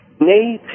nay